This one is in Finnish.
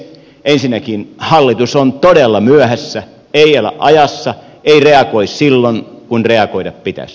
ensinnäkin hallitus on todella myöhässä ei ole ajassa ei reagoi silloin kun reagoida pitäisi